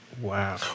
Wow